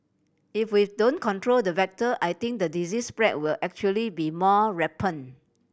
if we don't control the vector I think the disease spread will actually be more rampant